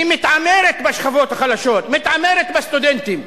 היא מתעמרת בשכבות החלשות, מתעמרת בסטודנטים.